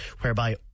whereby